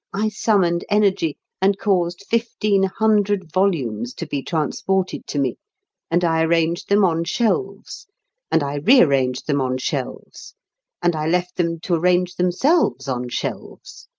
i summoned energy and caused fifteen hundred volumes to be transported to me and i arranged them on shelves and i re-arranged them on shelves and i left them to arrange themselves on shelves.